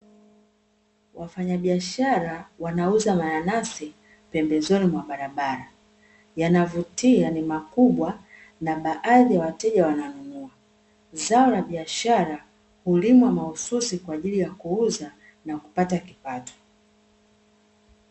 Wafanyabiashara wanauza mananasi pembezoni mwa barabara, yanavutia ni makubwa na baadhi ya wateja wana nunua. Zao la biashara hulimwa mahususi na kwa ajili kuuza na kupata kipato.